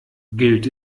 gilt